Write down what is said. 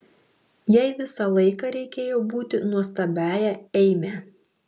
jai visą laiką reikėjo būti nuostabiąja eime